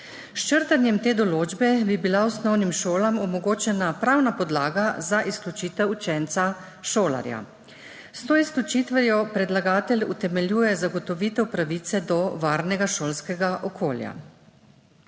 črtanjem te določbe bi bila osnovnim šolam omogočena pravna podlaga za izključitev učenca šolarja. S to izključitvijo predlagatelj utemeljuje zagotovitev pravice do varnega šolskega okolja.